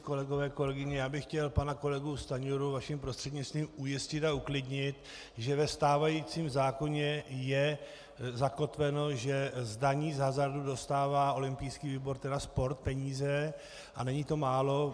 Kolegové, kolegyně, jak bych chtěl pana kolegu Stanjuru vaším prostřednictvím ujistit a uklidnit, že ve stávajícím zákoně je zakotveno, že z daní z hazardu dostává olympijský výbor, tedy sport, peníze a není to málo.